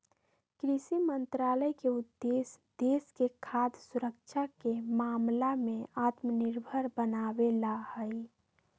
कृषि मंत्रालय के उद्देश्य देश के खाद्य सुरक्षा के मामला में आत्मनिर्भर बनावे ला हई